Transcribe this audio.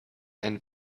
and